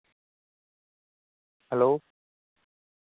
hello